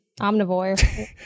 Omnivore